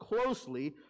closely